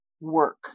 work